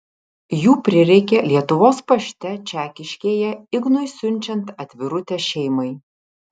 jų prireikė lietuvos pašte čekiškėje ignui siunčiant atvirutę šeimai